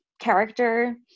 character